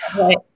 right